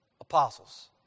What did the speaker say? apostles